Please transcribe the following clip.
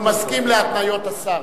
הוא מסכים להתניות השר.